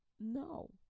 no